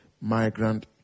migrant